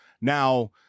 Now